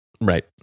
right